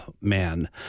man